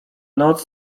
noc